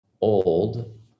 old